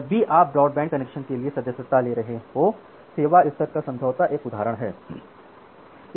जब भी आप ब्रॉडबैंड कनेक्शन के लिए सदस्यता ले रहे हों सेवा स्तर का समझौता एक उदाहरण है